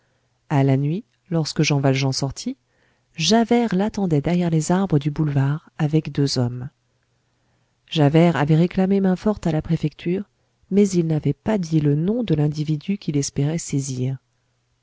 à la nuit lorsque jean valjean sortit javert l'attendait derrière les arbres du boulevard avec deux hommes javert avait réclamé main-forte à la préfecture mais il n'avait pas dit le nom de l'individu qu'il espérait saisir